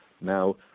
Now